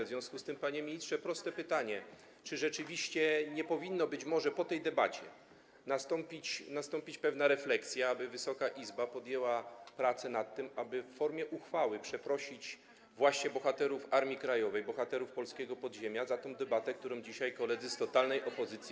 W związku z tym, panie ministrze, proste pytanie: Czy rzeczywiście nie powinna być może po tej debacie nastąpić pewna refleksja, aby Wysoka Izba podjęła prace nad tym, aby w formie uchwały przeprosić bohaterów Armii Krajowej, bohaterów polskiego podziemia za tę debatę, którą dzisiaj urządzili nam koledzy z totalnej opozycji?